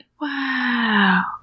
Wow